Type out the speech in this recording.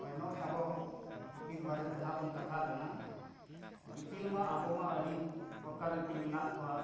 ᱦᱳᱭ ᱱᱚᱜᱼᱚᱸᱭ ᱟᱵᱚ ᱤᱯᱤᱞ ᱵᱟᱨᱮ ᱛᱮᱦᱟᱸᱜ ᱵᱚᱱ ᱠᱟᱛᱷᱟ ᱠᱟᱱᱟ ᱤᱯᱤᱞ ᱢᱟ ᱟᱵᱚ ᱢᱟ ᱟᱹᱰᱤ ᱯᱨᱚᱠᱟᱨ ᱤᱯᱤᱞ ᱢᱮᱱᱟᱜ ᱠᱚᱣᱟ